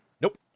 Nope